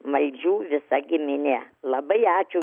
maldžių visa giminė labai ačiū